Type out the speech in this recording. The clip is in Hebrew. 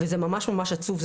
וזה ממש ממש עצוב,